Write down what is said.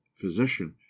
physician